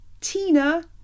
tina